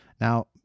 Now